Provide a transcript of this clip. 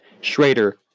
Schrader